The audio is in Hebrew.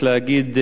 יש להגיד,